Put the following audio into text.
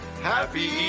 Happy